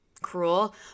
Cruel